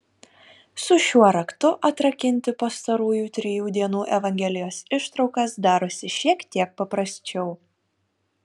su šiuo raktu atrakinti pastarųjų trijų dienų evangelijos ištraukas darosi šiek tiek paprasčiau